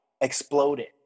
exploded